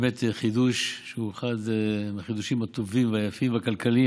באמת חידוש שהוא אחד מהחידושים הטובים והיפים והכלכליים,